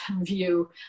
view